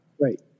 Right